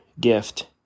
gift